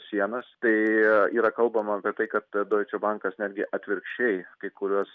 sienas tai yra kalbama apie tai kad doiče bankas netgi atvirkščiai kai kuriuos